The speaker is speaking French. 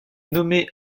nommé